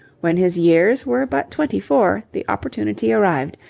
when his years were but twenty-four the opportunity arrived,